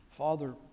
Father